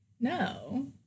No